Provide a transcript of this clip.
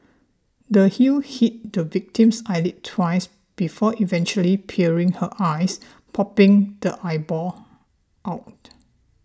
the heel hit the victim's eyelid twice before eventually piercing her eyes popping the eyeball out